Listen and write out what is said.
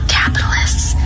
capitalists